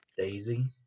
Daisy